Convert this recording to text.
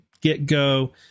get-go